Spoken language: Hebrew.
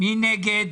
מי נגד?